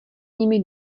nimi